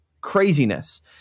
craziness